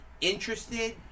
interested